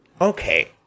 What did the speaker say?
Okay